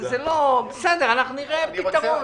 אנחנו נמצא פתרון.